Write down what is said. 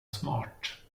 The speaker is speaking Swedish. smart